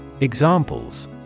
Examples